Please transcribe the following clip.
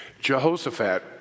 jehoshaphat